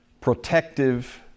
protective